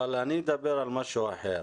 אבל אני אדבר על משהו אחר.